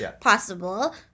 possible